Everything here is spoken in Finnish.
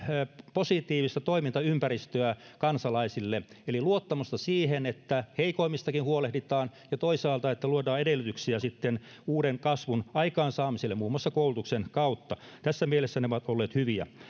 positiivista toimintaympäristöä kansalaisille eli luottamusta siihen että heikoimmistakin huolehditaan ja toisaalta luodaan edellytyksiä sitten uuden kasvun aikaan saamiselle muun muassa koulutuksen kautta tässä mielessä nämä ovat olleet hyviä